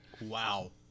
Wow